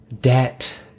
debt